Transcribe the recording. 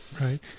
Right